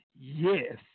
yes